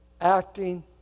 acting